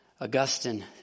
Augustine